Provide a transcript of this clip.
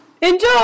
Enjoy